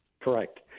Correct